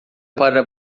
para